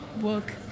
work